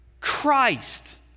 Christ